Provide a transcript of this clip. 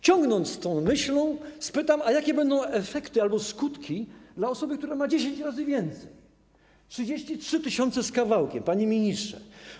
Ciągnąc tę myśl, spytam: A jakie będą efekty albo skutki dla osoby, która ma 10 razy więcej, 33 tys. z kawałkiem, panie ministrze?